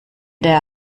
der